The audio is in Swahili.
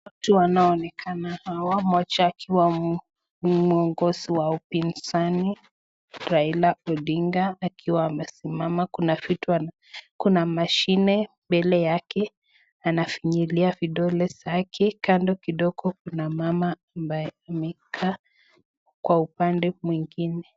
Watu wanaonekana hawa mmoja akiwa ni kiongozi wa upinzani Raila Odinga akiwa amesimama, kuna vitu, kuna mashine mbele yake anafinyilia vidole zake, kando kidogo kuna mama ambaye amekaa kwa upande mwingine.